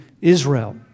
Israel